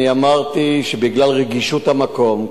אני אמרתי שבגלל רגישות המקום,